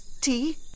tea